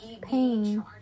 pain